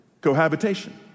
cohabitation